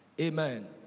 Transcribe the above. Amen